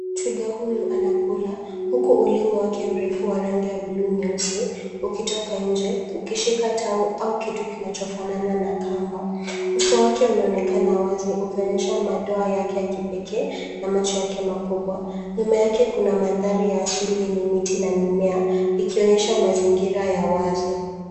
Twiga huyu, anakula huku ulimi wake mrefu wa rangi ya bluu nyeusi ,ukitoka nje, ukishika tawi au kitu kinachofanana na kamba. Uso wake unaonekana wazi, ukionyesha madoa yake ya kipekee na macho yake makubwa. Nyuma yake kuna mandhari ya asili yenye miti na mimea, ikionyesha mazingira ya wazi.